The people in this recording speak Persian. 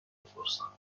بپرسم